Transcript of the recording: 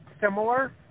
similar